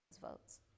votes